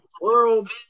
world